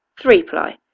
three-ply